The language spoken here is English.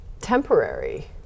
temporary